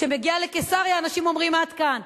כשמגיע לקיסריה, אנשים אומרים: עד כאן.